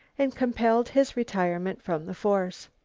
and compelled his retirement from the force.